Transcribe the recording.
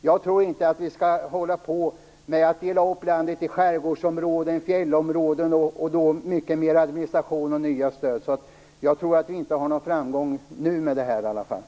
Jag tror inte att vi skall dela upp landet i skärgårdsområden och fjällområden. Det blir mycket mer administration och nya stöd. Jag tror inte att kravet skulle röna någon framgång nu, i alla fall.